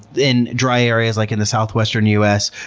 in dry areas like in the southwestern us,